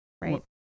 Right